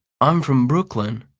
i'm from brooklyn!